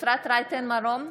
בהצבעה אפרת רייטן מרום,